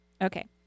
Okay